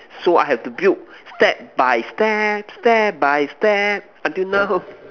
so I have to build step by step step by step until now h~